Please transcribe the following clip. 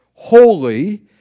Holy